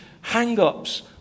hang-ups